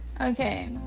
Okay